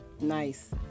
Nice